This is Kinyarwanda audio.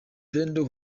pendo